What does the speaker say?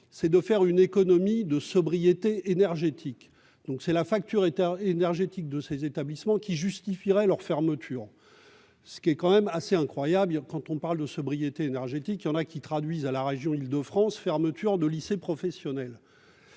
c'est de faire une économie de sobriété énergétique, donc c'est la facture énergétique de ces établissements qui justifierait leur fermeture, ce qui est quand même assez incroyable quand on parle de sobriété énergétique, il y en a qui traduisent à la région Île-de-France, fermeture de lycée professionnel,